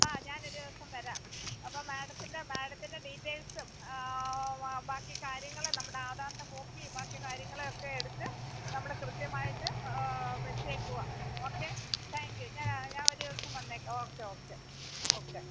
ആ ഞാനൊരു ദിവസം വരാം അപ്പോൾ മാഡത്തിന്റെ മാഡത്തിന്റെ ഡീറ്റൈൽസും ബാക്കി കാര്യങ്ങൾ നമ്മുടെ ആധാറിന്റെ കോപ്പി ബാക്കി കാര്യങ്ങൾ ഒക്കെ എടുത്ത് നമ്മൾ കൃത്യമായിട്ട് വെച്ചേക്കുവാണ് ഓക്കെ താങ്ക് യൂ ഞാൻ ഒരു ദിവസം വന്നേക്കാം ഓക്കെ ഓക്കെ ഓക്കെ